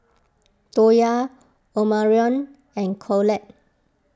Toya Omarion and Collette